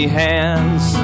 hands